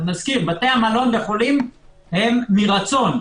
נזכיר בתי המלון לחולים הם מרצון,